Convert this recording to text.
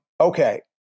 Okay